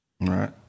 Right